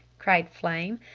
cried flame.